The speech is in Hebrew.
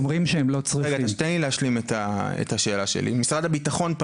תואר השני בתכנון ערים מהטכניון,